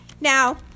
Now